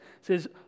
says